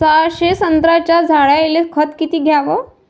सहाशे संत्र्याच्या झाडायले खत किती घ्याव?